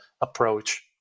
approach